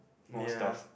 ya